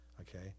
okay